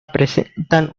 presentan